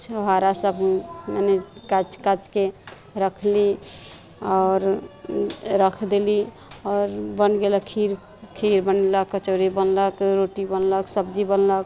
छुहारासभ मने काचि काचि कऽ रखली आओर राखि देली आओर बनि गेलै खीर खीर बनलक कचौड़ी बनलक रोटी बनलक सब्जी बनलक